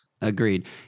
Agreed